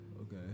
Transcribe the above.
Okay